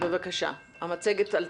בבקשה, המצגת עלתה.